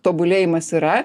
tobulėjimas yra